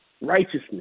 Righteousness